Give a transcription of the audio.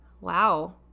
Wow